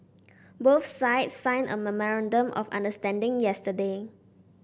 both sides signed a memorandum of understanding yesterday